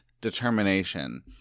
determination